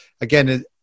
again